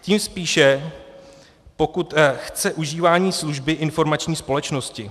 Tím spíše, pokud chce užívání služby informační společnosti.